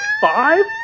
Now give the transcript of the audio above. five